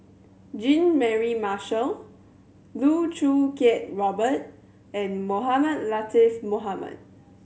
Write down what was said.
Jean Mary Marshall Loh Choo Kiat Robert and Mohamed Latiff Mohamed